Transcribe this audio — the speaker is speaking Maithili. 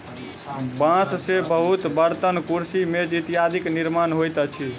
बांस से बहुत बर्तन, कुर्सी, मेज इत्यादिक निर्माण होइत अछि